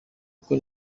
uko